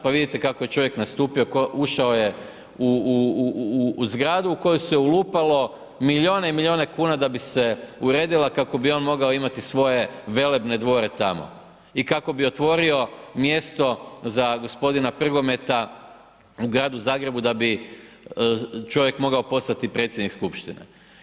Pa vidite kako je čovjek nastupio, upao je u zgradu u koju se ulupilo milijune i milijune kuna, da bi se uredili kako bi on mogao imati svoje velebne dvore tamo i kako bi otvorio mjesto za gospodina Prgometa u Gradu Zagrebu, da bi čovjek mogao postati predsjednik skupštine.